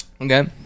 Okay